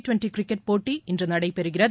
twenty cricket போட்டி இன்று நடைபெறுகிறது